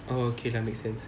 orh okay lah make sense